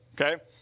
Okay